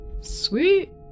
Sweet